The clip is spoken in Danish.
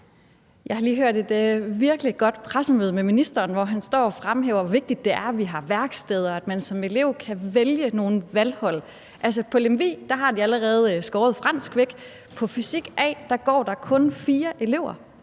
Jeg har lige hørt et virkelig godt pressemøde med ministeren, hvor han stod og fremhævede, hvor vigtigt det er, at vi har værksteder, og at man som elev kan vælge nogle valghold. Altså, i Lemvig har vi allerede skåret fransk væk. På fysik A går der kun fire elever.